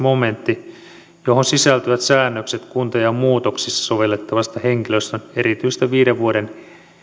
momentti johon sisältyvät säännökset kuntajaon muutoksissa sovellettavasta henkilöstön erityisestä viiden vuoden